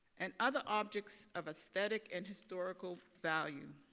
and other objects of aesthetic and historical value.